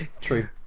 true